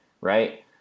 right